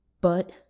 But